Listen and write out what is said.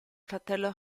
fratello